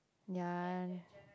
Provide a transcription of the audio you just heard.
ya